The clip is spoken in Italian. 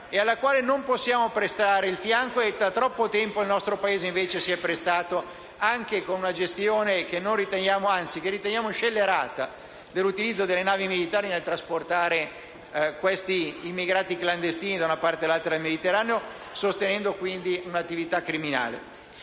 alla quale non possiamo prestare il fianco e alla quale, purtroppo, da troppo tempo il nostro Paese si è invece prestato, anche con una gestione che noi riteniamo scellerata dell'utilizzo delle navi militari nel trasportare immigrati clandestini da una parte all'altra del Mediterraneo, sostenendo quindi un'attività criminale.